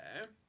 Okay